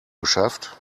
geschafft